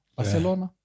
Barcelona